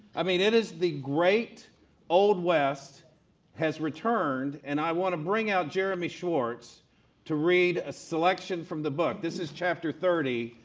i mean, it is the great old west has returned, and i want to bring out jeremy schwartz to read a selection from the book. this is chapter thirty,